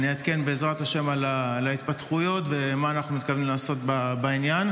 אעדכן בעזרת השם על ההתפתחויות ומה אנחנו מתכוונים לעשות בעניין.